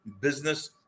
business